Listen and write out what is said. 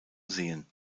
sehen